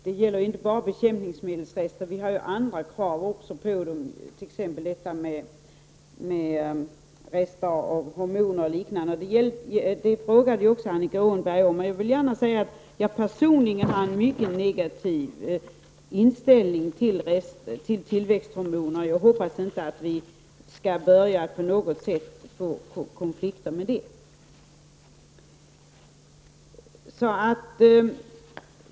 Det finns också andra krav, t.ex. Åhnberg frågade om detta, och jag vill gärna säga att jag personligen har en mycket negativ inställning till tillväxthormoner. Jag hoppas att vi inte får några konflikter på det området.